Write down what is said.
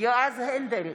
יועז הנדל,